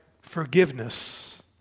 forgiveness